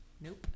Nope